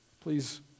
Please